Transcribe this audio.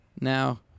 Now